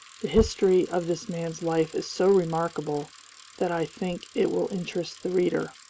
the history of this man's life is so remarkable that i think it will interest the reader.